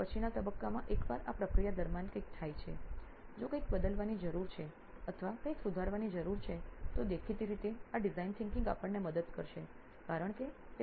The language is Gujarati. પરંતુ પછીના તબક્કામાં એકવાર આ પ્રક્રિયા દરમ્યાન કંઈક થાય છે જો કંઈક બદલવાની જરૂર છે અથવા કંઈક સુધારવાની જરૂર છે તો દેખીતી રીતે આ ડિઝાઇન વિચારસરણી આપણને મદદ કરશે કારણ કે તે તકનીકી છે